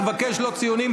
אני מבקש, לא ציונים.